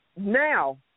now